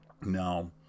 Now